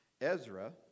Ezra